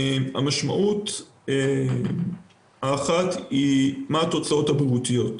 משמעות אחת, היא מה התוצאות הבריאותיות.